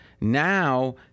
Now